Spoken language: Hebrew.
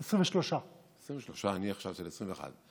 23. אני חשבתי ש-21.